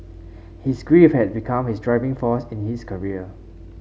his grief had become his driving force in his career